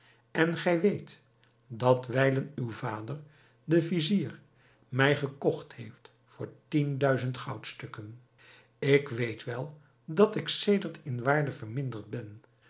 en gij weet dat wijlen uw vader de vizier mij gekocht heeft voor tien duizend goudstukken ik weet wel dat ik sedert in waarde verminderd ben